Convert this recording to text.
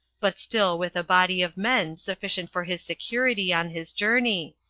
but still with a body of men sufficient for his security on his journey,